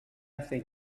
think